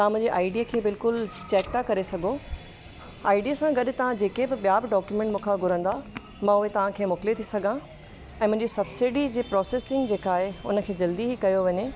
तां मुंहिंजी आईडी खे बिल्कुलु चैक था करे सघो आईडी सां गॾु तव्हां जेके बि ॿिया बि डोक्यूमेंट मूंखां घुरंदा मां उहे तव्हांखे मोकिले थी सघां ऐं मुंहिंजी सब्सिडी जी प्रोसेसिंग जेका आहे उन खे जल्दी ही कयो वञे